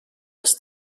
his